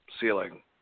ceiling